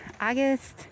august